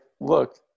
look